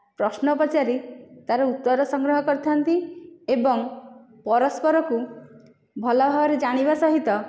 ପ୍ରଶ୍ନ ପଚାରି ତାର ଉତ୍ତର ସଂଗ୍ରହ କରିଥାନ୍ତି ଏବଂ ପରସ୍ପରକୁ ଭଲ ଭାବରେ ଜାଣିବା ସହିତ